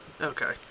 Okay